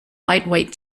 lightweight